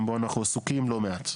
גם בו אנחנו עסוקים לא מעט.